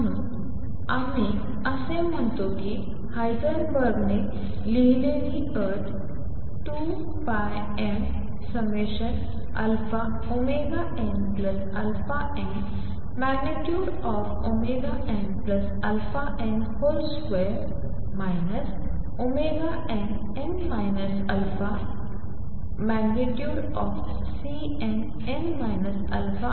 म्हणून आम्ही असे म्हणतो की हायझेनबर्गने लिहिलेली अट 2 m nαn।nαn।2 nn α।Cnn α ।2h